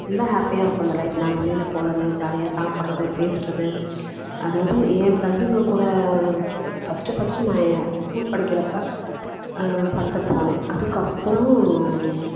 ரொம்ப ஹேப்பியாக இருக்கும் அந்த லைஃப் நாங்கள் வெளியில் போகிறது ஜாலியாக சாப்பிட்றது பேசுகிறது அதாவது என் ஃப்ரெண்டுங்கக் கூட ஃபஸ்ட்டு ஃபஸ்ட்டு நான் என் ஸ்கூல் படிக்கிறப்போ படத்துக்கு போனேன் அதுக்கப்புறம்